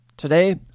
Today